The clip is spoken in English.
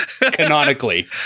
Canonically